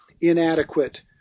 inadequate